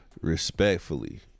respectfully